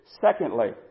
Secondly